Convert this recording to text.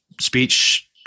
speech